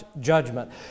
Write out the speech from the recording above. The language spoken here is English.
judgment